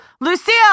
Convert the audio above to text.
Lucille